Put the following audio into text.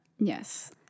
yes